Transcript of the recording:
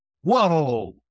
whoa